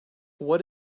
what